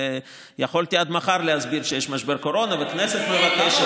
ויכולתי עד מחר להסביר שיש משבר קורונה ושהכנסת מבקשת,